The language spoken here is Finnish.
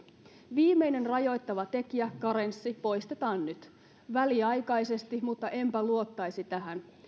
viimeinen rajoittava tekijä karenssi poistetaan nyt väliaikaisesti mutta enpä luottaisi tähän